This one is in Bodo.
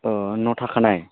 अ न' थाखानाय